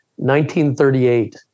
1938